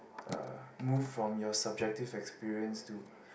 uh move from your subjective experience to